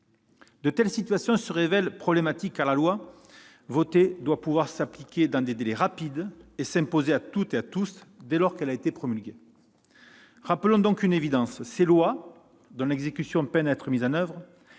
De telles situations sont problématiques, car la loi votée doit pouvoir s'appliquer dans des délais rapides et s'imposer à toutes et à tous dès lors qu'elle a été promulguée. Rappelons une évidence : ces lois, dont l'exécution peine à être mise en oeuvre,